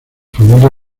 familia